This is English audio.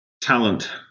Talent